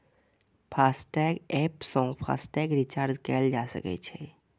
FASTag app सं FASTag recharge कैल जा सकै छै